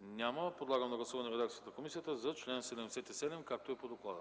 Няма. Подлагам на гласуване редакцията на комисията за чл. 77, както е по доклада.